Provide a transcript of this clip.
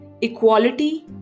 Equality